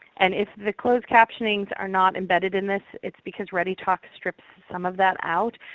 and if the closed captionings are not embedded in this, it's because readytalk strips some of that out,